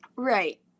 Right